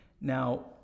Now